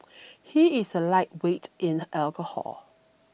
he is a lightweight in alcohol